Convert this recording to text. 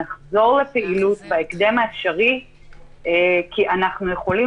שנחזור לפעילות בהקדם האפשרי כי אנחנו יכולים